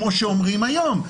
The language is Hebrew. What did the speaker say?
כמו שאומרים היום.